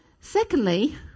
Secondly